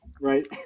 Right